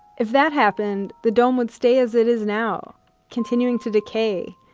if that happened, the dome would stay as it is now continuing to decay.